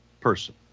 person